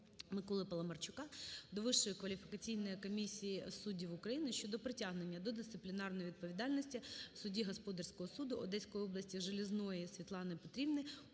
кваліфікаційної комісії суддів України щодо притягнення до дисциплінарної відповідальності судді Господарського суду Одеської області Желєзної Світлани Петрівни